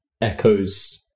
echoes